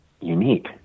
unique